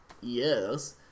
yes